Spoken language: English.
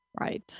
Right